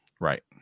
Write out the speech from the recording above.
Right